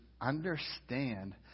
understand